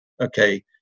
okay